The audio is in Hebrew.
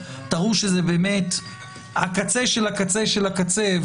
תראו שזה באמת הקצה של הקצה של הקצה,